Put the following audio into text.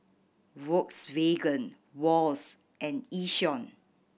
Volkswagen Wall's and Yishion